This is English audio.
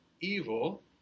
evil